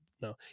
no